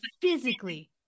physically